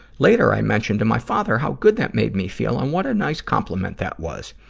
later, i mentioned to my father how good that made me feel and what a nice compliment that was.